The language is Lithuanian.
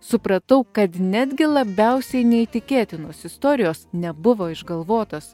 supratau kad netgi labiausiai neįtikėtinos istorijos nebuvo išgalvotos